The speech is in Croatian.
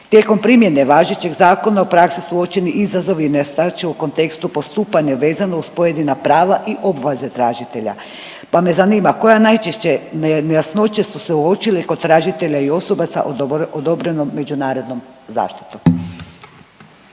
Tijekom primjene važećeg zakona u praksi su uočeni izazovi …/Govornica se ne razumije./… u kontekstu postupanja vezano uz pojedina prava i obveze tražitelja, pa me zanima koja najčešće nejasnoće su se uočile kod tražitelja i osoba sa odobrenom međunarodnom zaštitom.